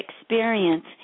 experience